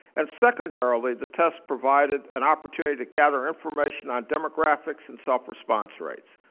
and secondarily, the test provided an opportunity to gather information on demographics and self response rates.